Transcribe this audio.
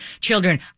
children